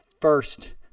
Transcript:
first